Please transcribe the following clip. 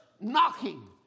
knocking